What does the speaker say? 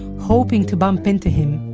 hoping to bump into him.